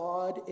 God